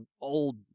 old